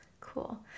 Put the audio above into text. Cool